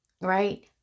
right